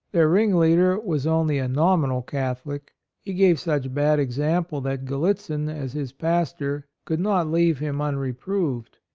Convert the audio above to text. their ringleader was only a nominal catholic he gave such bad example that gallitzin, as his pastor, could not leave him unreproved.